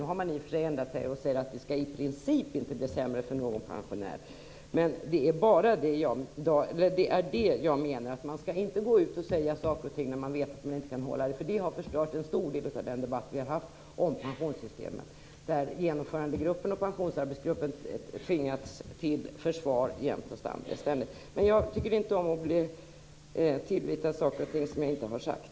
Nu har man i och för sig ändrat sig och säger att det skall i princip inte bli sämre för någon pensionär. Det är det jag menar. Man skall inte gå ut och säga saker och ting när man vet att man inte kan hålla det. Det har förstört en stor del av den debatt vi har haft om pensionssystemet. Genomförandegruppen och pensionsarbetsgruppen har tvingats till försvar jämt och ständigt. Jag tycker inte om att bli tillvitad saker och ting som jag inte har sagt.